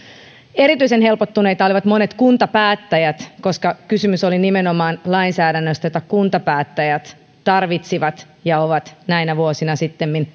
erityisen helpottuneita olivat monet kuntapäättäjät koska kysymys oli nimenomaan lainsäädännöstä jota kuntapäättäjät tarvitsivat ja ovat näinä vuosina sittemmin